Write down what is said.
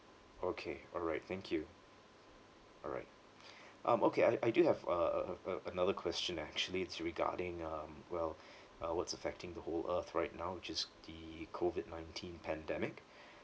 okay alright thank you alright um okay I I do have a~ a~ a~ a~ another question actually it's regarding um well uh what's affecting the whole earth right now which is the COVID nineteen pandemic